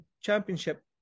Championship